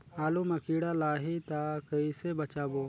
आलू मां कीड़ा लाही ता कइसे बचाबो?